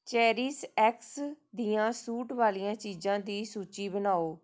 ਚੇਰੀਸ ਐਕਸ ਦੀਆਂ ਛੂਟ ਵਾਲੀਆਂ ਚੀਜ਼ਾਂ ਦੀ ਸੂਚੀ ਬਣਾਓ